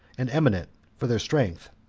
and eminent for their strength.